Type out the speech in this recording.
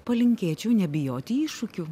palinkėčiau nebijoti iššūkių